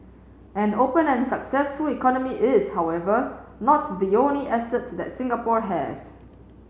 an open and successful economy is however not the only asset that Singapore has